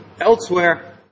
elsewhere